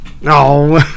No